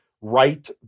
right